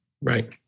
Right